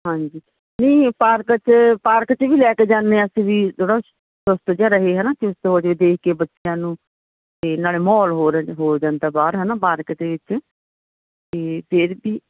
ਹਾਂਜੀ ਨਹੀਂ ਪਾਰਕ 'ਚ ਪਾਰਕ 'ਚ ਵੀ ਲੈ ਕੇ ਜਾਂਦੇ ਹਾਂ ਅਸੀਂ ਵੀ ਥੋੜ੍ਹਾ ਚੁਸਤ ਜਿਹਾ ਰਹੇ ਹੈ ਨਾ ਚੁਸਤ ਹੋ ਜਾਵੇ ਦੇਖ ਕੇ ਬੱਚਿਆਂ ਨੂੰ ਅਤੇ ਨਾਲੇ ਮਾਹੌਲ ਹੋਰ ਹੋ ਜਾਂਦਾ ਬਾਹਰ ਹੈ ਨਾ ਪਾਰਕ ਦੇ ਵਿੱਚ ਅਤੇ ਫਿਰ ਵੀ